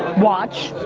watch